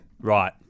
Right